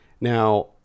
Now